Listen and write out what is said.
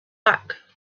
back